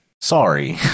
sorry